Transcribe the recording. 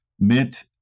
meant